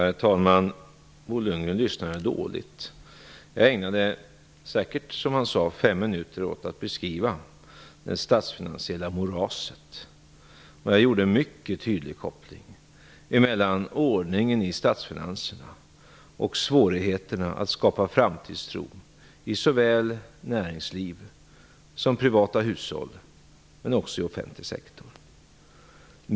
Herr talman! Bo Lundgren lyssnade dåligt. Jag ägnade säkert fem minuter åt att beskriva det statsfinansiella moraset. Jag gjorde en mycket tydlig koppling mellan ordningen i statsfinanserna och svårigheterna att skapa framtidstro i såväl näringsliv som privata hushåll och offentlig sektor.